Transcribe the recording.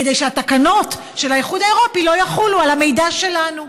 כדי שהתקנות של האיחוד האירופי לא יחולו על המידע שלנו.